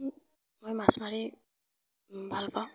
মই মাছ মাৰি ভাল পাওঁ